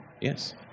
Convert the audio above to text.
Yes